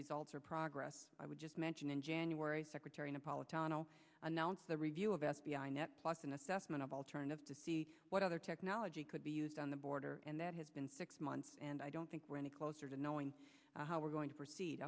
results or progress i would just mention in january secretary napolitano announced the review of f b i net plus an assessment of alternatives to see what other technology could be used on the border and that has been six months and i don't think we're any closer to knowing how we're going to proceed